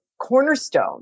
cornerstone